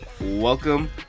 welcome